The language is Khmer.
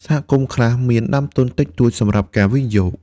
សហគមន៍ខ្លះមានដើមទុនតិចតួចសម្រាប់ការវិនិយោគ។